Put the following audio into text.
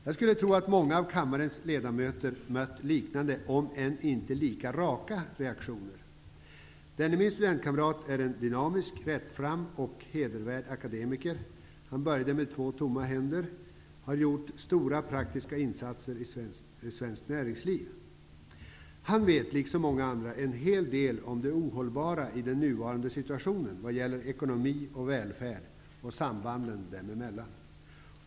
Jag skulle tro att många av kammarens ledamö ter har mött liknande, om än inte lika raka, reak tioner. Denne min studentkamrat är en dynamisk, rättfram och hedervärd akademiker. Han började med två tomma händer, och han har gjort stora praktiska insatser i svenskt näringsliv. Han vet, liksom många andra, en hel del om det ohållbara i den nuvarande situationen, vad gäller ekonomi och välfärd och sambanden dem emel lan.